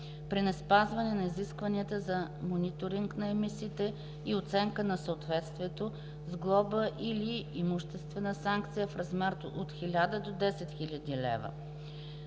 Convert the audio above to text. при неспазване на изискванията за мониторинг на емисиите и оценка на съответствието – с глоба или с имуществена санкция в размер от 1000 до 10 000 лв.;